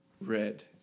red